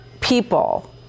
people